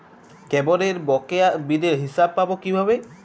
কেবলের বকেয়া বিলের হিসাব পাব কিভাবে?